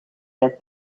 that